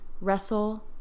wrestle